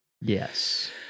yes